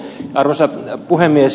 arvoisa puhemies